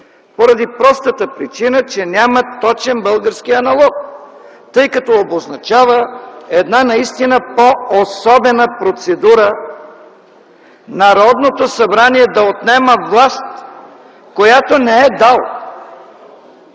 поради простата причина, че няма точен български аналог, тъй като обозначава една наистина по особена процедура - Народното събрание да отнема власт, която не е дало.